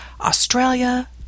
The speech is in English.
Australia